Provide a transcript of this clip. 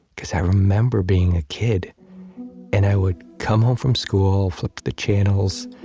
because i remember being a kid and i would come home from school, flip the channels,